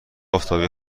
آفتابی